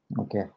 Okay